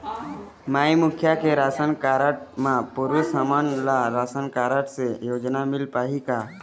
माई मुखिया के ration card म पुरुष हमन ला राशन कारड से योजना मिल पाही का?